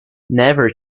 never